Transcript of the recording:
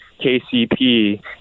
KCP